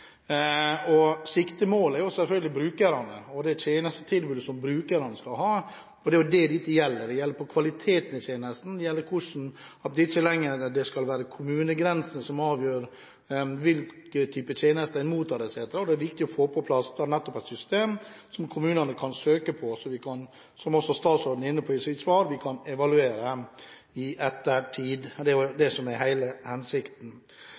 Siktemålet er selvfølgelig brukerne og det tjenestetilbudet som brukerne skal ha. Det er jo det dette gjelder. Det gjelder kvaliteten i tjenesten, det gjelder at det ikke lenger skal være kommunegrensene som avgjør hvilke type tjenester en mottar, etc. Da er det viktig nettopp å få på plass et system som kommunene kan søke på, så vi kan – som også statsråden var inne på i sitt svar – evaluere i ettertid. Det er jo det som er hele hensikten.